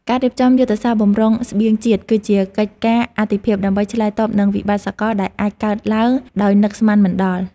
ការរៀបចំយុទ្ធសាស្ត្របម្រុងស្បៀងជាតិ គឺជាកិច្ចការអាទិភាពដើម្បីឆ្លើយតបនឹងវិបត្តិសកលដែលអាចកើតឡើងដោយនឹកស្មានមិនដល់។